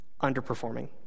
underperforming